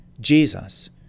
Jesus